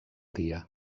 dia